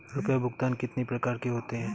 रुपया भुगतान कितनी प्रकार के होते हैं?